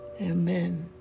amen